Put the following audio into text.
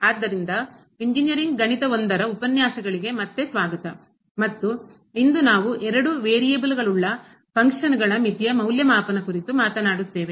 ಆದ್ದರಿಂದ ಇಂಜಿನಿಯರಿಂಗ್ ಗಣಿತ I ರ ಉಪನ್ಯಾಸಗಳಿಗೆ ಮತ್ತೆ ಸ್ವಾಗತ ಮತ್ತು ಇಂದು ನಾವು ಎರಡು ವೇರಿಯೇಬಲ್ ಅಸ್ಥಿರ ಗಳುಳ್ಳ ಫಂಕ್ಷನ್ ಕಾರ್ಯ ಗಳ ಮಿತಿಯ ಮೌಲ್ಯಮಾಪನ ಕುರಿತು ಮಾತನಾಡುತ್ತೇವೆ